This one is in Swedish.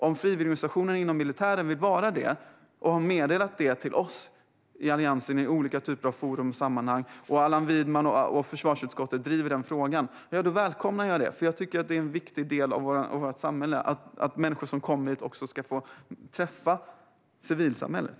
Om frivilligorganisationer inom militären vill vara med och har meddelat det till oss i Alliansen i olika typer av forum och sammanhang och Allan Widman och försvarsutskottet driver den frågan, då välkomnar jag det. Jag tycker nämligen att det är en viktig del av vårt samhälle att människor som kommer hit också ska få träffa civilsamhället.